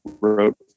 wrote